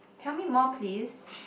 tell me more please